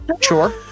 Sure